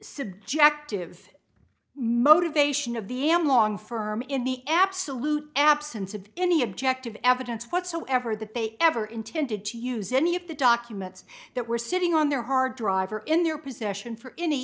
subjective motivation of the am long firm in the absolute absence of any objective evidence whatsoever that they ever intended to use any of the documents that were sitting on their hard drive or in their possession for any